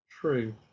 true